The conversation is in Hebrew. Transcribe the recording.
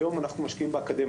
היום אנחנו משקיעים באקדמיות,